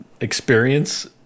experience